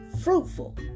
fruitful